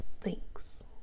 Thanks